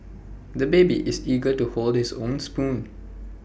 the baby is eager to hold his own spoon